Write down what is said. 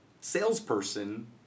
salesperson